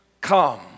come